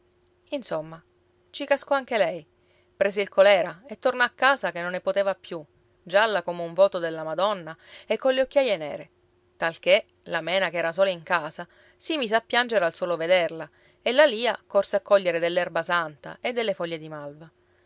insomma ci cascò anche lei prese il colera e tornò a casa che non ne poteva più gialla come un voto della madonna e colle occhiaie nere talché la mena che era sola in casa si mise a piangere al solo vederla e la lia corse a cogliere dell'erba santa e delle foglie di malva